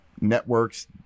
networks